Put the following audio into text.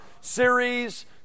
series